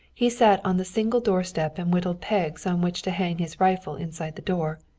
he sat on the single doorstep and whittled pegs on which to hang his rifle inside the door.